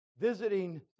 visiting